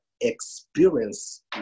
experience